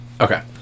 Okay